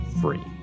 free